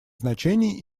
значение